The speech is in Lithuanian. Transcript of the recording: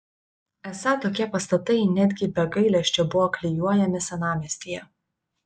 esą tokie pastatai netgi be gailesčio buvo klijuojami senamiestyje